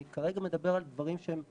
אני כרגע מדבר על דברים שהם טכניים,